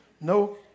No